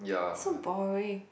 so boring